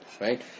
Right